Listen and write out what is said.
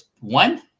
one